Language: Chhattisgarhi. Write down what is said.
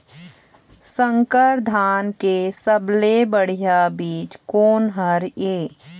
संकर धान के सबले बढ़िया बीज कोन हर ये?